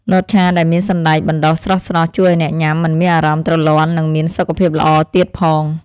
លតឆាដែលមានសណ្តែកបណ្តុះស្រស់ៗជួយឱ្យអ្នកញ៉ាំមិនមានអារម្មណ៍ទ្រលាន់និងមានសុខភាពល្អទៀតផង។